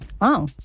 Wow